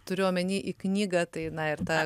turiu omeny į knygą tai na ir ta